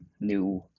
new